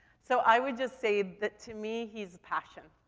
so i would just say that to me he's passion.